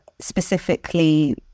specifically